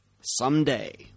someday